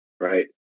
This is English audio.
right